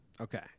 Okay